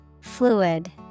Fluid